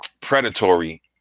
predatory